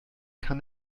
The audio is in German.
kann